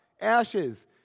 ashes